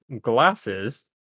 glasses